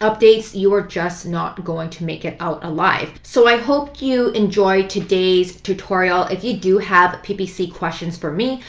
updates, you are just not going to make it out alive. so i hope you enjoyed today's tutorial, if you do have ppc questions for me,